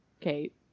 Kate